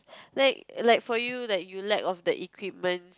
like like for you like you lack of the equipments